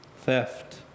theft